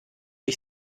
ich